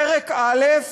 פרק א'